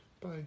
bye